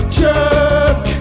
Chuck